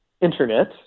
internet